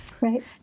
right